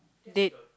dead